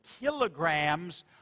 kilograms